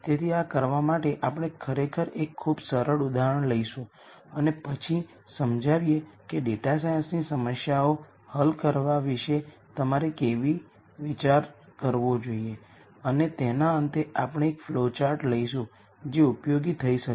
તેથી આ કરવા માટે આપણે ખરેખર એક ખૂબ સરળ ઉદાહરણ લઈશું અને પછી સમજાવીએ કે ડેટા સાયન્સની સમસ્યાઓ હલ કરવા વિશે તમારે કેવી રીતે વિચાર કરવો જોઈએ અને તેના અંતે આપણે એક ફ્લોચાર્ટ લઈશું જે ઉપયોગી થઈ શકે